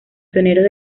pioneros